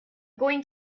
going